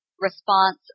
response